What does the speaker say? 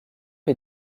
est